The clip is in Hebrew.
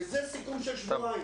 לפני סיכום של שבועיים.